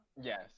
yes